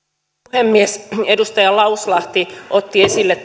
puhemies edustaja lauslahti otti esille